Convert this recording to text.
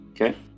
Okay